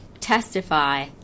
testify